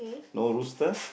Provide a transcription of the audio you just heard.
no rooster